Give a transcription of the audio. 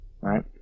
right